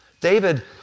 David